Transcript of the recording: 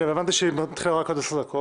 אולי תתני סקירה קצרה.